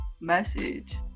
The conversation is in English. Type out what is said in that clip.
message